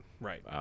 Right